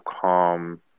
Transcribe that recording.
calm